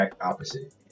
opposite